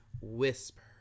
Whisper